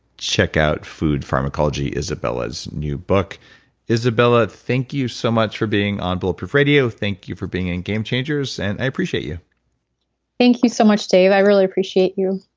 check out food pharmacology, izabella's new book izabella, thank you so much for being on bulletproof radio. thank you for being in game changers. and i appreciate you thank you so much, dave. i really appreciate you